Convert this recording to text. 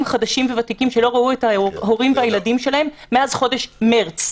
חדשים וותיקים שלא ראו את ההורים והילדים שלהם מאז חודש מרץ,